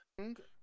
Okay